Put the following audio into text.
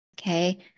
okay